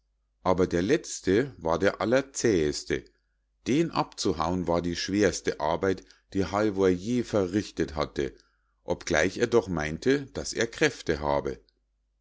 aber der letzte war der allerzäheste den abzuhauen war die schwerste arbeit die halvor je verrichtet hatte obgleich er doch meinte daß er kräfte habe